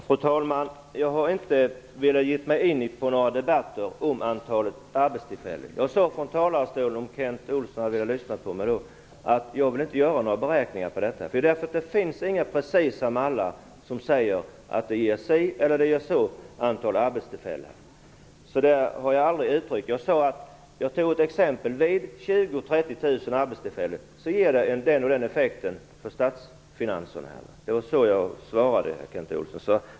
Fru talman! Jag har inte velat ge mig in i några debatter om antalet arbetstillfällen. Jag sade från talarstolen, om Kent Olsson hade velat lyssna på mig, att jag inte vill göra några beräkningar. Det finns inte några precisa mallar som säger att det ger si eller så många antal arbetstillfällen. Det har jag aldrig sagt. Jag tog ett exempel. Vid 20 000-30 000 arbetstillfällen ger förslaget den och den effekten för statsfinanserna. Det var så jag svarade, Kent Olsson.